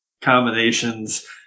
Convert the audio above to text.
combinations